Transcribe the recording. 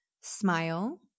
Smile